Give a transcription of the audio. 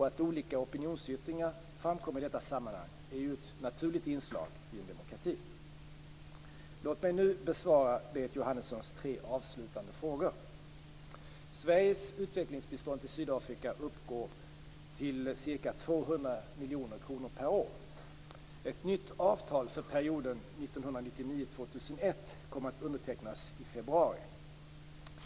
Att olika opinionsyttringar framkommer i detta sammanhang är ett naturligt inslag i en demokrati. Låt mig nu besvara Berit Jóhannessons tre avslutande frågor: Sveriges utvecklingsbistånd till Sydafrika uppgår till ca 200 miljoner kronor per år. Ett nytt avtal för perioden 1999-2001 kommer att undertecknas i februari.